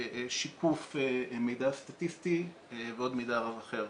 שיקוף מידע סטטיסטי ועוד מידע רב אחר.